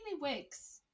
wigs